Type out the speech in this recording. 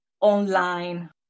online